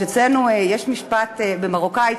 אצלנו יש משפט במרוקאית,